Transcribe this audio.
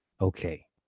okay